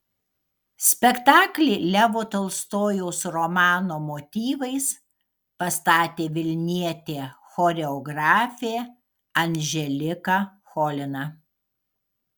spektaklį levo tolstojaus romano motyvais pastatė vilnietė choreografė anželika cholina